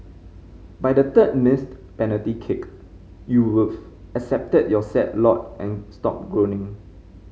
by the third missed penalty kick you would've accepted your sad lot and stopped groaning